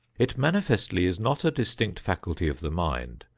it manifestly is not a distinct faculty of the mind,